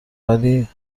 ولی